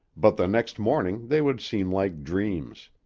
but the next morning they would seem like dreams.